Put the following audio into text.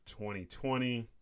2020